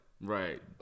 right